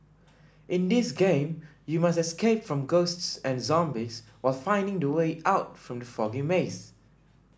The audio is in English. in this game you must escape from ghosts and zombies while finding the way out from the foggy maze